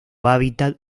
hábitat